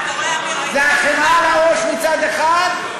זה החמאה על הראש מצד אחד,